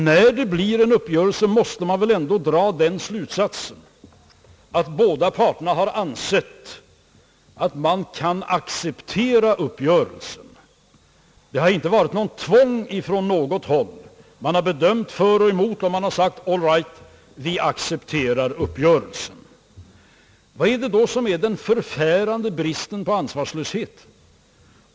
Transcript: När det blir en uppgörelse måste man väl dra den slutsatsen att båda parterna har ansett att man kan acceptera uppgörelsen. Det har inte varit något tvång från något håll. Man har bedömt skälen för och emot och sagt: All right, vi accepterar uppgörelsen. Vad är det då som är det förfärande provet på ansvarslöshet?